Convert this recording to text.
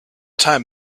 time